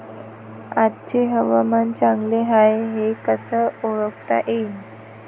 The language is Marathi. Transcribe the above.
आजचे हवामान चांगले हाये हे कसे ओळखता येईन?